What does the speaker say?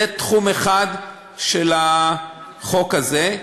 זה תחום אחד של החוק הזה.